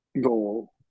goal